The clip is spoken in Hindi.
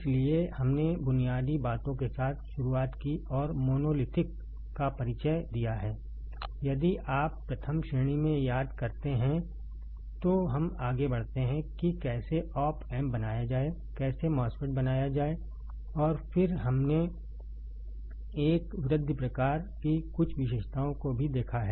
इसलिए हमने बुनियादी बातों के साथ शुरुआत की और मोनोलिथिक का परिचय दिया है यदि आप प्रथम श्रेणी में याद करते हैं तो हम आगे बढ़ते हैं कि कैसे ऑप एम्प बनाया जाए कैसे MOSFET बनाया जाए और फिर हमने एक वृद्धि प्रकार की कुछ विशेषताओं को भी देखा है